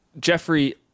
Jeffrey